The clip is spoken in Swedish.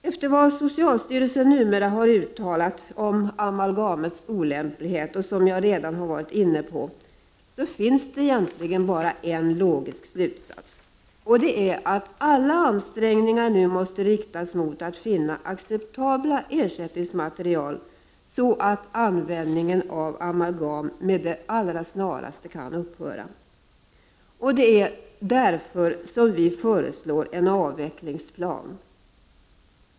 Efter vad socialstyrelsen nu har uttalat om amalgamets olämplighet, som jag har varit inne på tidigare, finns det egentligen bara en logisk slutsats, nämligen den att alla ansträngningar nu måste inriktas på att finna acceptabla ersättningsmaterial, så att användningen av amalgam med det allra snaraste kan upphöra. Det är därför som vi föreslår en avvecklingsplan.